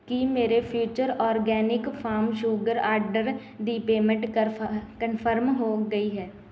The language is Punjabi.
ਕੀ ਮੇਰੇ future organic farm sugar order ਦੀ ਪੇਮੈਂਟ ਕਰਫ ਕਨਫਰਮ ਹੋ ਗਈ ਹੈ